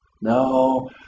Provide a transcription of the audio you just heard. No